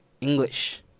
English